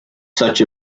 such